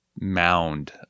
mound